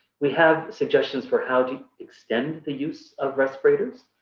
we have suggestions for how to extend the use of respirators.